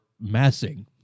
massing